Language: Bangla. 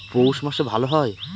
পৌষ মাসে ভালো হয়?